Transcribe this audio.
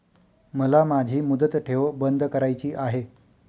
मला माझी मुदत ठेव बंद करायची आहे